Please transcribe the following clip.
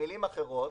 במילים אחרות,